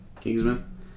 Kingsman